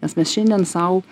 nes mes šiandien sau